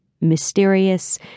mysterious